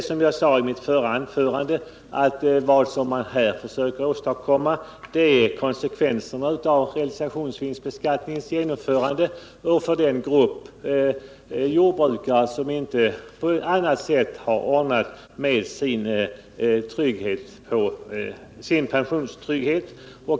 Som jag sade i mitt förra anförande så försöker man här mildra de problem som realisationsvinstbeskattningens genomförande medförde för den grupp jordbrukare som inte redan på annat sätt har ordnat sin pensionstrygghet.